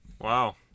Wow